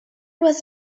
was